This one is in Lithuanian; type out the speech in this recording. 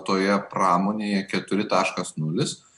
toje pramonėje keturi taškas nulis